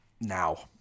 now